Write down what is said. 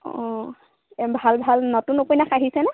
অঁ এই ভাল ভাল নতুন নতুন উপন্যাস আহিছেনে